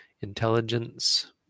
intelligence